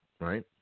right